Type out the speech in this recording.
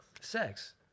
Sex